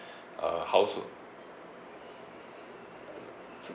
household